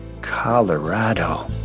Colorado